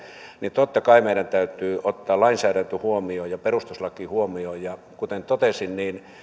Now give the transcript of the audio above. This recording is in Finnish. totta kai meidän täytyy ottaa lainsäädäntö ja perustuslaki huomioon ja kuten totesin